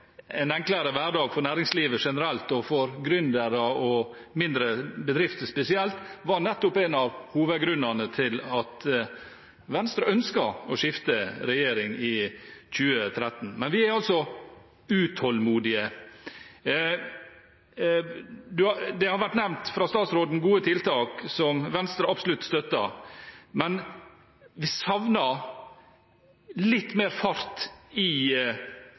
en enklere hverdag for næringslivet generelt og for gründere og mindre bedrifter spesielt var nettopp en av hovedgrunnene til at Venstre ønsket å skifte regjering i 2013. Men vi er altså utålmodige. Statsråden har nevnt gode tiltak som Venstre absolutt støtter, men vi savner litt mer fart i